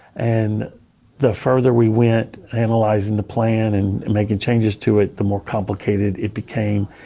and the further we went analyzing the plan and making changes to it the more complicated it became.